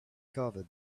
covered